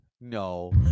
no